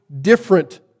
different